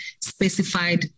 specified